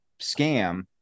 scam